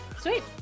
Sweet